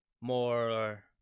more